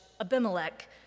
Abimelech